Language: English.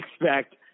expect